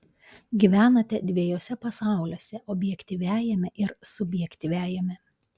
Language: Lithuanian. gyvenate dviejuose pasauliuose objektyviajame ir subjektyviajame